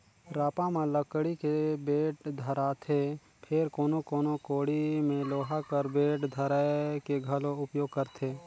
रापा म लकड़ी के बेठ धराएथे फेर कोनो कोनो कोड़ी मे लोहा कर बेठ धराए के घलो उपियोग करथे